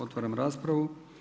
Otvaram raspravu.